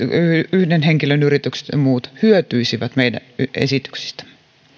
yhden henkilön yritykset ja muut hyötyisivät meidän esityksistämme